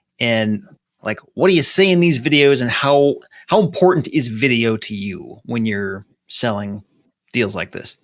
and like what do you say in these videos and how how important is video to you when you're selling deals like this?